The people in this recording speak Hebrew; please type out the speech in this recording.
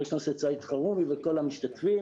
הכנסת סעיד אלחרומי ולכל המשתתפים.